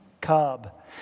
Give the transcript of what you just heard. cub